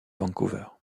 vancouver